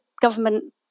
government